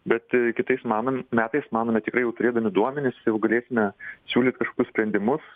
bet kitais manam metais manome tikrai jau turėdami duomenis jau galėsime siūlyt kažkokius sprendimus